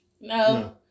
No